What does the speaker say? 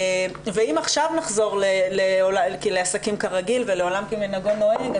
ואם עכשיו נחזור לעסקים כרגיל ולעולם כמנהגו נוהג,